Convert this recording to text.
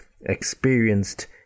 experienced